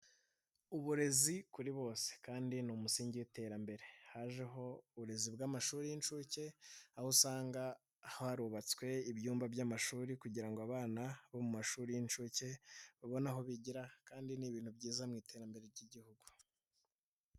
Uburezi kuri bose kandi ni umusingi w'iterambere, hajeho uburezi bw'amashuri y'incuke aho usanga harubatswe ibyumba by'amashuri kugira ngo abana bo mu mashuri y'inshuke babone aho bigira kandi ni ibintu byiza mu iterambere ry'igihugu.